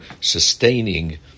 sustaining